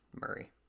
Murray